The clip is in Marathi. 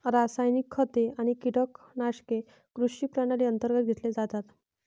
रासायनिक खते आणि कीटकनाशके कृषी प्रणाली अंतर्गत घेतले जातात